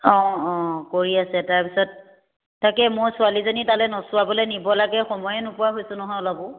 অঁ অঁ কৰি আছে তাৰপিছত তাকে মই ছোৱালীজনী তালে নচোৱাবলে নিব লাগে সময়ে নোপোৱা হৈছোঁ নহয় অলপো